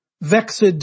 Vexed